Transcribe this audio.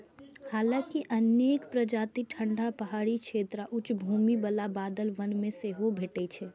हालांकि अनेक प्रजाति ठंढा पहाड़ी क्षेत्र आ उच्च भूमि बला बादल वन मे सेहो भेटै छै